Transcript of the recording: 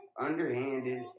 underhanded